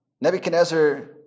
Nebuchadnezzar